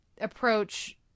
approach